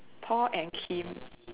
Paul and Kim